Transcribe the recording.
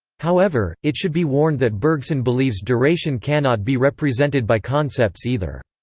however, it should be warned that bergson believes duration cannot be represented by concepts either.